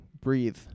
breathe